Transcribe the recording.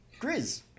Grizz